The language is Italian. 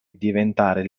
diventare